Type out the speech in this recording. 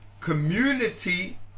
community